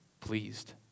pleased